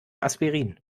aspirin